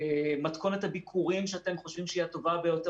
המתכונת הביקורים שאתם חושבים שהיא הטובה ביותר